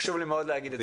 חשוב לי להגיד את זה.